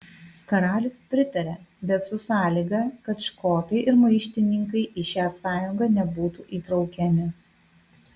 karalius pritaria bet su sąlyga kad škotai ir maištininkai į šią sąjungą nebūtų įtraukiami